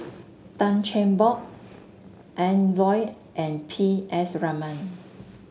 Tan Cheng Bock Ian Loy and P S Raman